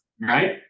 right